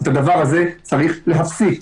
את הדבר הזה צריך להפסיק.